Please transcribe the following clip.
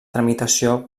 tramitació